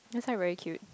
that's why very cute